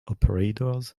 operators